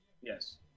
Yes